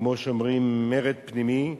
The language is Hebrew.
כמו שאומרים, מרד פנימי,